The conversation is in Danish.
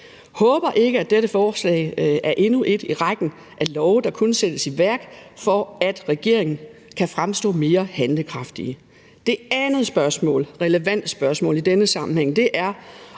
håber ikke, at dette forslag er endnu et i rækken af love, der kun sættes i værk, for at regeringen kan fremstå mere handlekraftig. Det andet relevante spørgsmål i denne sammenhæng er,